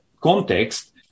context